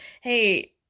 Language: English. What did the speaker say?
hey